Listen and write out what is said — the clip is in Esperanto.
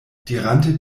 dirante